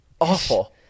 Awful